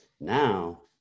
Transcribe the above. now